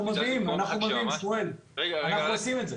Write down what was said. אנחנו מביאים, אנחנו עושים את זה.